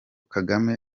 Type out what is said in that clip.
kagame